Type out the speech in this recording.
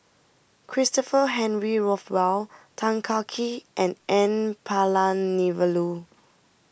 Christopher Henry Rothwell Tan Kah Kee and N Palanivelu